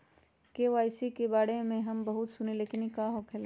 KYC के बारे में हम बहुत सुनीले लेकिन इ का होखेला?